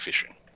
fishing